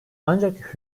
ancak